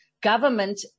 government